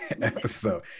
episode